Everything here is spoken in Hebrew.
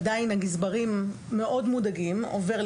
שחשוב,